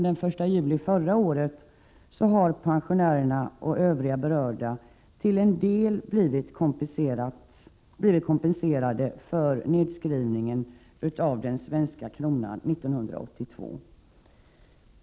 den 1 juli förra året, har pensionärerna och övriga berörda till en del blivit kompenserade för nedskrivningen av den svenska kronan 1982.